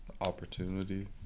opportunity